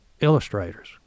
illustrators